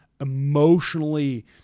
emotionally